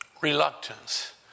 reluctance